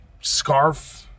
scarf